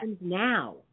now